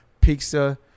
pizza